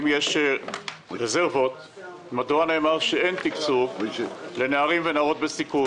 אם יש רזרבות מדוע נאמר שאין תקצוב לנערים ונערות בסיכון?